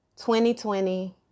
2020